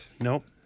Nope